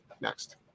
Next